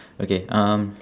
okay um